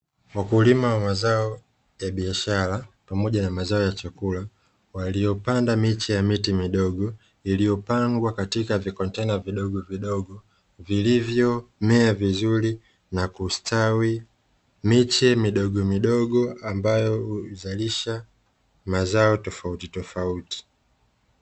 Wakulima wa mazao ya biashara pamoja na mazao ya chakula, waliyopanda miche ya miti midogo iliyopangwa katika vikontena vidogovidogo, vilivyomea vizuri na kustawi miche midogomidogo ambayo huzalisha mazao tofautitofauti.